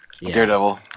Daredevil